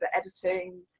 but editing,